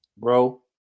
Bro